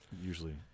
Usually